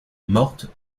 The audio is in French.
morte